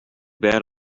bad